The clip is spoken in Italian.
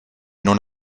non